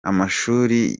amashuri